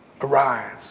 Arise